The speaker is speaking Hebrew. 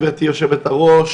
גברתי היושבת-ראש,